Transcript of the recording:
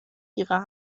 ihrer